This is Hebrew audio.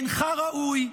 אינך ראוי,